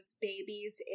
babies